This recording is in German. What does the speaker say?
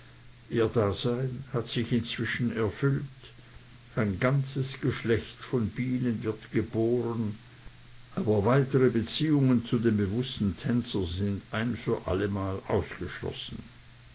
ihr dasein hat sich inzwischen erfüllt ein ganzes geschlecht von bienen wird geboren aber weitere beziehungen zu dem bewußten tänzer sind ein für allemal ausgeschlossen